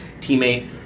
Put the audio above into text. teammate